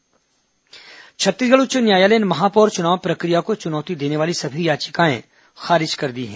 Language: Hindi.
हाईकोर्ट महापौर चुनाव छत्तीसगढ़ उच्च न्यायालय ने महापौर चुनाव प्रक्रिया को चुनौती देने वाली सभी याचिकाएं खारिज कर दी हैं